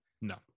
No